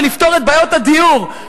לפתור את בעיות הדיור,